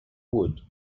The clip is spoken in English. wood